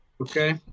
Okay